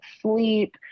sleep